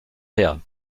her